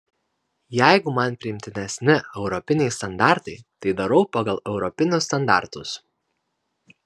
jeigu man priimtinesni europiniai standartai tai darau pagal europinius standartus